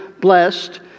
blessed